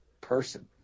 person